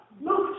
Look